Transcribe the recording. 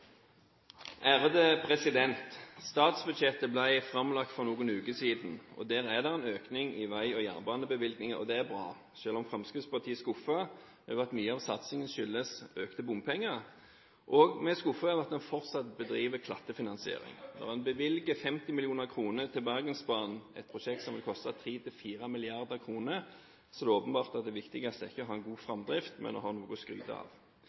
Statsbudsjettet ble framlagt for noen uker siden. Der er det en økning i vei- og jernbanebevilgninger. Det er bra, selv om Fremskrittspartiet er skuffet over at mye av satsingen skyldes økte bompenger. Vi er skuffet over at man fortsatt bedriver klattefinansiering. Når man bevilger 50 mill. kr til Bergensbanen, et prosjekt som vil koste 3–4 mrd. kr, er det åpenbart at det viktigste ikke er å ha en god framdrift, men å ha noe å skryte av.